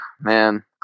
Man